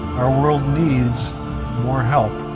our world needs more help.